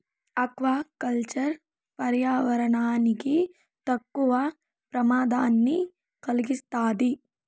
aqua culture పర్యావరణానికి తక్కువ ప్రమాదాన్ని కలిగిస్తాది